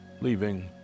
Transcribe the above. leaving